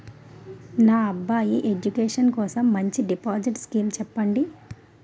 నా అబ్బాయి ఎడ్యుకేషన్ కోసం మంచి డిపాజిట్ స్కీం చెప్పండి